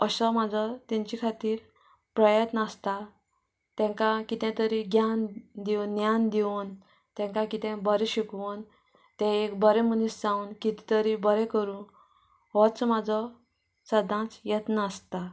असो म्हाजो तेंच्या खातीर प्रयत्न आसता तेका कितें तरी ज्ञान दिवन ज्ञान दिवन तेंका कितें बरें शिकवन तें एक बरें मनीस जावन कितें तरी बरें करूं होच म्हाजो सदांच यत्न आसता